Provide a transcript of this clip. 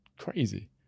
crazy